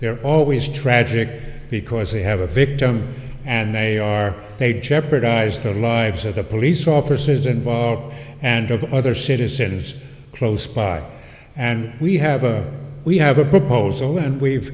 they're always tragic because they have a victim and they are they jeopardize the lives of the police officers involved and of other citizens close by and we have a we have a proposal and we've